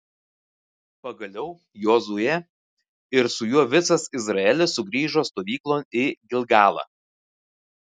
pagaliau jozuė ir su juo visas izraelis sugrįžo stovyklon į gilgalą